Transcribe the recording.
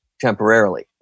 temporarily